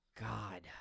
God